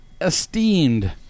esteemed